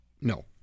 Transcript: No